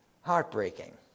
heartbreaking